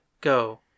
go